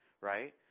right